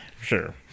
Sure